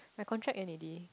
my contract end already